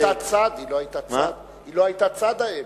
היא לא היתה צד,